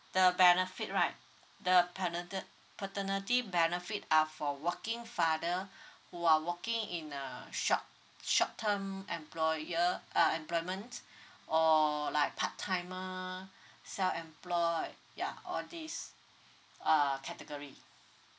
the benefit right the paterni~ the paternity benefit are for working father who are working in a short short term employer uh uh employment or like part timer self employed ya all these uh category